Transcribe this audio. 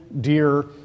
dear